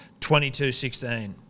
22-16